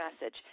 message